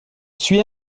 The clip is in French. suis